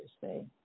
say